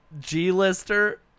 G-lister